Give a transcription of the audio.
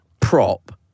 prop